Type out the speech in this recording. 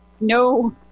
no